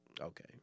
okay